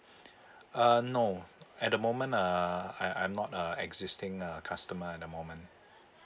uh no at the moment uh I I'm not a existing uh customer at the moment